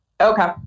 Okay